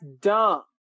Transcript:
dumb